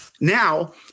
now